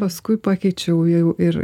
paskui pakeičiau jau ir